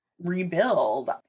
rebuild